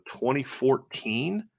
2014